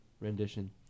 rendition